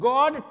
God